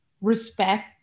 respect